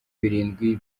birindwi